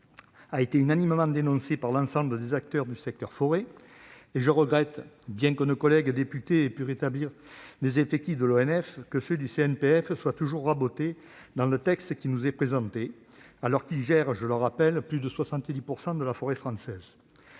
a été unanimement dénoncée par l'ensemble des acteurs du secteur forêt. Je regrette, bien que nos collègues députés aient pu rétablir les effectifs de l'ONF, que ceux du CNPF soient toujours rabotés dans le texte qui nous est présenté, alors même que cet établissement gère, je le rappelle, plus de 70 % de la forêt française.